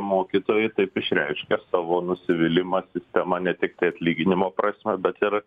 mokytojai taip išreiškia savo nusivylimą sistema ne tiktai atlyginimo prasme bet ir